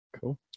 Cool